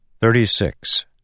Thirty-six